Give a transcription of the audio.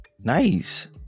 nice